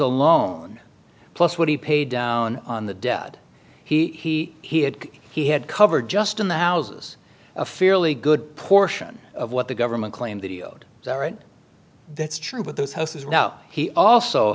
alone plus what he paid down on the dead he he had he had covered just in the houses a fairly good portion of what the government claimed that he owed that's true but those houses now he also